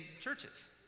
churches